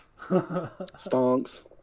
Stonks